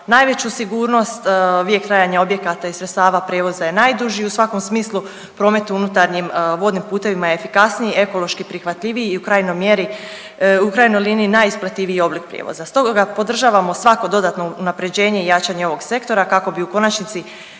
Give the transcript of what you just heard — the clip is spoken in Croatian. najveću sigurnost, vijek trajanja objekata i sredstava prijevoza je najduži u svakom smislu, promet unutarnjim vodnim putevima je efikasniji, ekološki prihvatljiviji i u krajnjoj mjeri, u krajnjoj liniji, najisplativiji oblik prijevoza. Stoga podržavamo svako dodatno unaprjeđenje i jačanje ovog sektora kako bi u konačnici